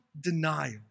denial